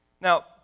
Now